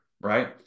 right